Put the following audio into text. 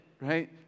right